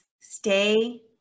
stay